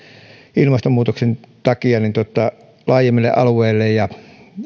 ilmastonmuutosten takia laajemmille alueille